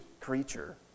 creature